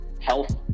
health